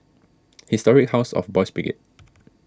Historic House of Boys' Brigade